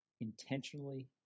intentionally